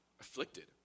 afflicted